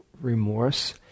remorse